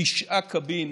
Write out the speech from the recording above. תשעה קבין